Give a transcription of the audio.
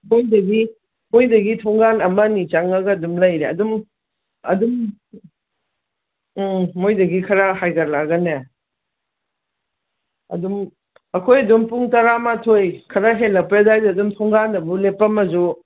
ꯃꯣꯏꯗꯒꯤ ꯃꯣꯏꯗꯒꯤ ꯊꯣꯡꯒꯥꯟ ꯑꯃ ꯑꯅꯤ ꯆꯪꯉꯒ ꯑꯗꯨꯝ ꯂꯩꯔꯦ ꯑꯗꯨꯝ ꯑꯗꯨꯝ ꯎꯝ ꯃꯣꯏꯗꯒꯤ ꯈꯔ ꯍꯥꯏꯖꯜꯂꯛꯑꯒꯅꯦ ꯑꯗꯨꯝ ꯑꯩꯈꯣꯏ ꯑꯗꯨꯝ ꯄꯨꯡ ꯇꯔꯥꯃꯥꯊꯣꯏ ꯈꯔ ꯍꯦꯜꯂꯛꯄꯩ ꯑꯗ꯭ꯋꯥꯏꯗ ꯑꯗꯨꯝ ꯊꯣꯡꯒꯥꯟꯗꯕꯨ ꯂꯦꯞꯄꯝꯃꯁꯨ